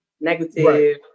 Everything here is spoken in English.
negative